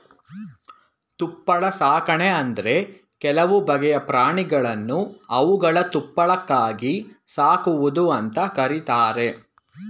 ತುಪ್ಪಳ ಸಾಕಣೆ ಅಂದ್ರೆ ಕೆಲವು ಬಗೆಯ ಪ್ರಾಣಿಗಳನ್ನು ಅವುಗಳ ತುಪ್ಪಳಕ್ಕಾಗಿ ಸಾಕುವುದು ಅಂತ ಕರೀತಾರೆ